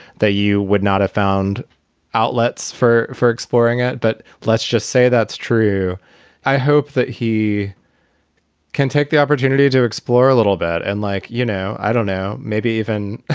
you would not have found outlets for for exploring it. but let's just say that's true i hope that he ken, take the opportunity to explore a little bit and like, you know, i don't know, maybe even